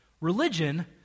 religion